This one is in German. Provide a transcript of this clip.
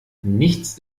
nichts